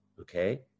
Okay